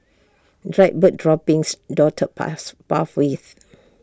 dried bird droppings dotted path pathways